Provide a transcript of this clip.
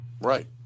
right